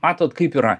matot kaip yra